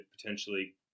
potentially